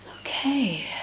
Okay